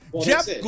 Jeff